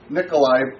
Nikolai